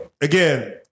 again